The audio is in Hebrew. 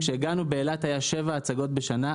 כשהגענו, באילת היו שבע הצגות בשנה.